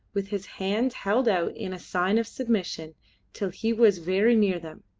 with his hands held out in a sign of submission till he was very near them.